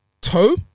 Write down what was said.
toe